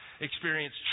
experience